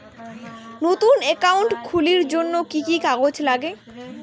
নতুন একাউন্ট খুলির জন্যে কি কি কাগজ নাগে?